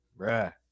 Bruh